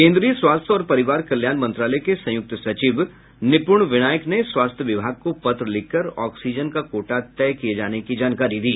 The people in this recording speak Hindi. केन्द्रीय स्वास्थ्य और परिवार कल्याण मंत्रालय के संयुक्त सचिव निपुण विनायक ने स्वास्थ्य विभाग को पत्र लिखकर ऑक्सीजन का कोटा तय किये जाने की जानकारी दी